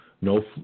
no